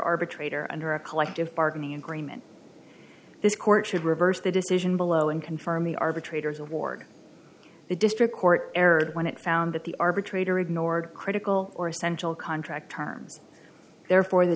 arbitrator under a collective bargaining agreement this court should reverse the decision below and confirm the arbitrators award the district court aired when it found that the arbitrator ignored critical or essential contract terms therefore the